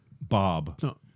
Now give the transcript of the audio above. bob